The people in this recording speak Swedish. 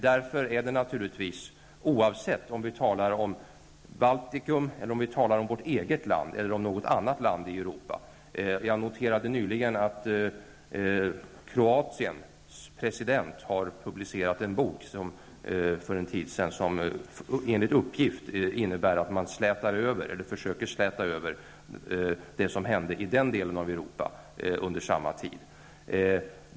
På det här sättet är det oavsett om vi talar om Baltikum eller om vårt eget land eller om något annat land i Europa. Jag noterade för en tid sedan att Kroatiens president har publicerat en bok som enligt uppgift innebär att man försöker släta över vad som hände i den delen av Europa under samma tid.